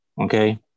Okay